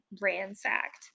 ransacked